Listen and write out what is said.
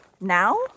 now